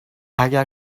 اگر